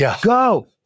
go